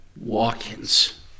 Walk-ins